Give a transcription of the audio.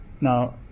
Now